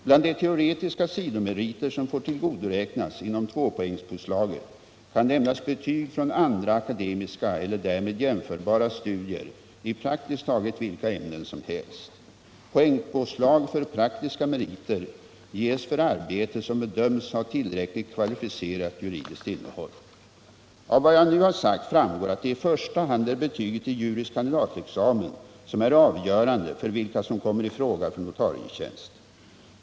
Bland de teoretiska sidomeriter som får tillgodoräknas inom tvåpoängspåslaget kan nämnas betyg från andra akademiska eller därmed jämförbara studier i praktiskt taget vilka ämnen som helst. Poängpåslag för praktiska meriter ges för arbete som bedöms ha tillräckligt kvalificerat juridiskt innehåll. Av vad jag nu har sagt framgår att det i första hand är betyget i juris kandidatexamen som är avgörande för vilka som kommer i fråga för notarietjänst.